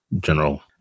general